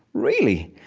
really?